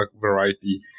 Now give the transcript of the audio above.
variety